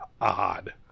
odd